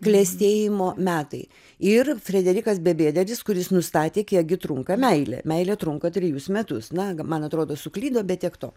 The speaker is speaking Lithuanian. klestėjimo metai ir frederikas beigbederis kuris nustatė kiek gi trunka meilė meilė trunka trejus metus na man atrodo suklydo bet tiek to